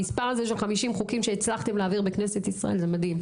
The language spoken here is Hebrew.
המספר הזה של חמישים חוקים שהצלחתם להעביר בכנסת ישראל זה מדהים.